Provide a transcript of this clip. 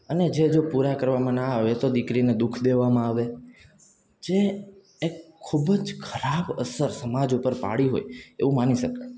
અને જે જો પૂરા કરવામાં ના આવે તો દીકરીને દુ ખ દેવામાં આવે જે એક ખૂબ જ ખરાબ અસર સમાજ ઉપર પાડી હોય એવું માની શકાય